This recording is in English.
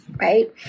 right